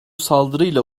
saldırıyla